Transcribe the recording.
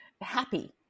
happy